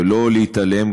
ולא להתעלם,